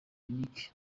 nic